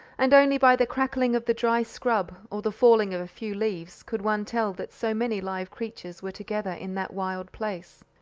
and only by the crackling of the dry scrub, or the falling of a few leaves, could one tell that so many live creatures were together in that wild place.